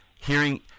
hearing